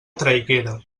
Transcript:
traiguera